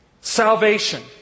salvation